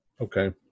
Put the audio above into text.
Okay